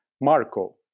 Marco